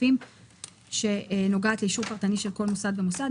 הכספים שנוגעת לאישור פרטני של כל מוסד ומוסד,